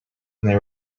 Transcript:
they